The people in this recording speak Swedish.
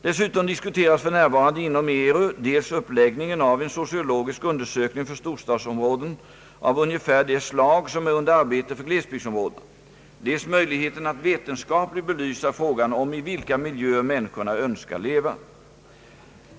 Dessutom diskuteras f.n. inom ERU dels uppläggningen av en sociologisk undersökning för storstadsområden av ungefär det slag som är under arbete för glesbygdsområdena, dels möjligheten att vetenskapligt belysa frågan om i vilka miljöer människorna önskar leva.